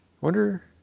wonder